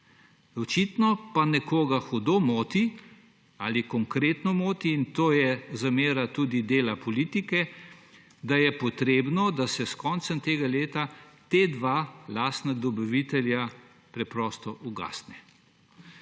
Očitno pa nekoga hudo moti ali konkretno moti, in to je tudi zamera dela politike, da je potrebno, da se s koncem tega leta ta dva lastna dobavitelja preprosto ugasne.